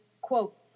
quote